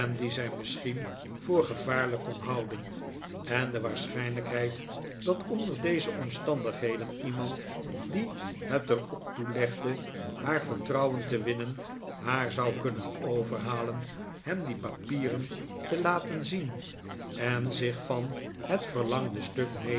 die zij misschien voqr gevaarlijk kon houden en de waarschijnlijkheid dat onder deze omstandigheden iemand die het er op toelegde haar vertrouwen te winnen haar zou kunnen overhalen hem die papieren te laten zien en zich van het verlangde stuk